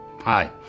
Hi